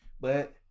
but-